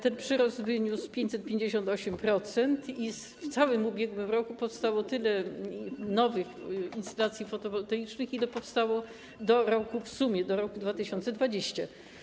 Ten przyrost wyniósł 558% i w całym ubiegłym roku powstało tyle nowych instalacji fotowoltaicznych, ile powstało w sumie do roku 2020.